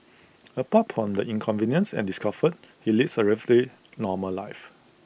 apart from the inconvenience and discomfort he leads A relatively normal life